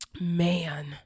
Man